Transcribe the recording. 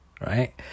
right